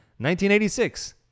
1986